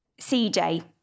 CJ